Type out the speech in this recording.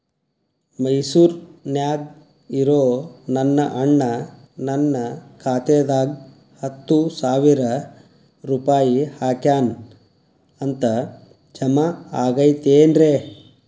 ಮೈಸೂರ್ ನ್ಯಾಗ್ ಇರೋ ನನ್ನ ಅಣ್ಣ ನನ್ನ ಖಾತೆದಾಗ್ ಹತ್ತು ಸಾವಿರ ರೂಪಾಯಿ ಹಾಕ್ಯಾನ್ ಅಂತ, ಜಮಾ ಆಗೈತೇನ್ರೇ?